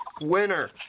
winner